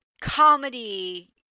comedy